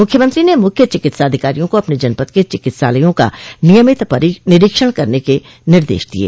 मुख्यमंत्री ने मुख्य चिकित्साधिकारियों को अपने जनपद के चिकित्सालयों का नियमित निरीक्षण करने के निर्देश दिये